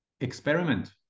Experiment